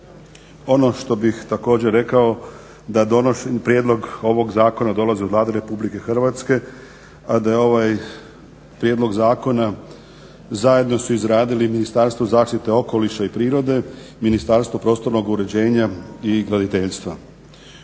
Ono što bih također rekao da prijedlog ovog zakona dolazi od Vlade RH, a da je ovaj prijedlog zakona zajedno su izradili Ministarstvo zaštite okoliša i prirode, Ministarstvo prostornog uređenja i graditeljstva.